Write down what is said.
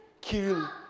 kill